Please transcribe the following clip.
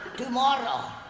tomorrow.